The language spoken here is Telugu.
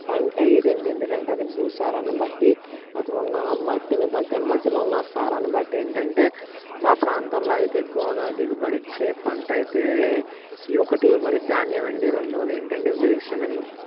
పంట ఇది అండి ఎందుకంటే అది భూసారాన్ని బట్టి అక్కడున్న ఆ మట్టిని బట్టి ఆ మట్టిలో ఉన్న సారాన్ని బట్టి ఏంటి అంటే మా ప్రాంతంలో అయితే ఎక్కువగా దిగుబడి ఇచ్చే పంట అయితే ఈ ఒకటి వరి ధాన్యం అండి రెండోది ఏంటి అంటే వేరుశనగలు